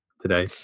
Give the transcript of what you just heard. today